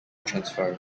transfer